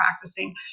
practicing